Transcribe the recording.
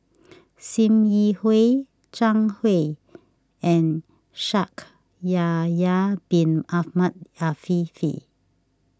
Sim Yi Hui Zhang Hui and Shaikh Yahya Bin Ahmed Afifi